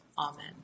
Amen